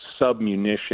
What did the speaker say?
submunition